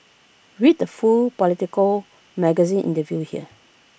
read the full Politico magazine interview here